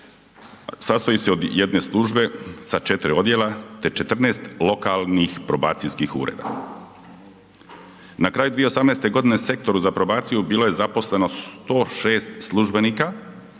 sastoji se od jedne službe sa 4 odjela te 14 lokalnih probacijskih ureda. Na kraju 2018. g. u Sektoru za probaciju bilo je zaposleno 106 službenika,